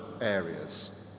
areas